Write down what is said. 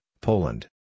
Poland